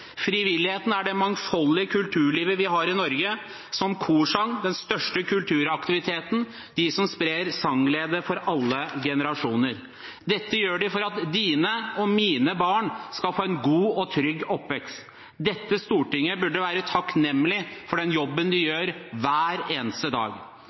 Frivilligheten er det mangfoldige kulturlivet vi har i Norge, som korsang, den største kulturaktiviteten, de som sprer sangglede for alle generasjoner. Dette gjør de for at dine og mine barn skal få en god og trygg oppvekst. Dette stortinget burde være takknemlig for den jobben de gjør hver eneste dag.